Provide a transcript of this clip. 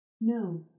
No